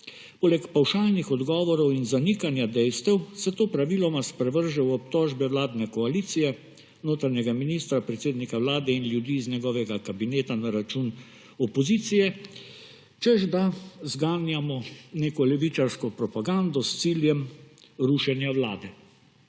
Poleg pavšalnih odgovorov in zanikanja dejstev se to praviloma sprevrže v obtožbe vladne koalicije, notranjega ministra, predsednika Vlade in ljudi iz njegovega kabineta na račun opozicije, češ da zganjamo neko levičarsko propagando s ciljem rušenja vlade.